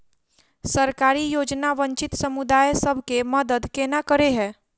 सरकारी योजना वंचित समुदाय सब केँ मदद केना करे है?